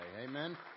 Amen